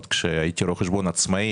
עוד כשהייתי רואה חשבון עצמאי,